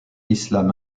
islam